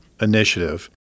initiative